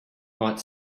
might